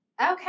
Okay